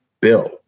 bill